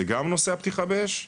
זה גם נושא הפתיחה באש,